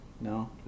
No